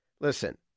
listen